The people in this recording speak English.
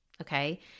okay